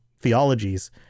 theologies